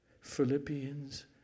Philippians